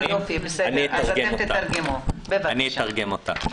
אני אתרגם אותה.